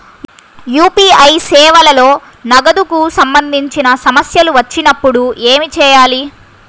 UPI సేవలలో నగదుకు సంబంధించిన సమస్యలు వచ్చినప్పుడు ఏమి చేయాలి?